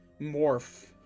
morph